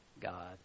God